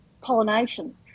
pollination